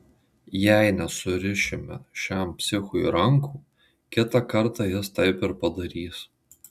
jei nesurišime šiam psichui rankų kitą kartą jis taip ir padarys